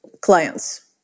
clients